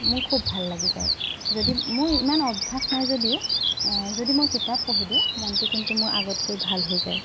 মোৰ খুব ভাল লাগি যায় যদি মোৰ ইমান অভ্যাস নাই যদিও যদি মই কিতাপ পঢ়ি দিওঁ মনটো কিন্তু মোৰ আগতকৈ ভাল হৈ যায়